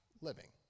living